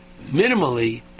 minimally